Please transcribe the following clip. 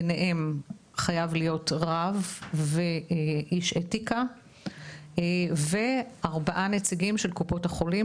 ביניהם חייב להיות רב ואיש אתיקה וארבעה נציגים של קופות החולים